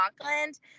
Auckland